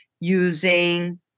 using